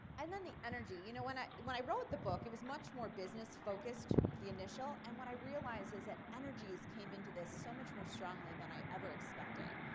and then the energy. you know when ah when i wrote the book it was much more business focused, the initial, and what i realized is that energies came into this so much more strongly than i ever expected.